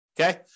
Okay